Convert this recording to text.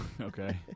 Okay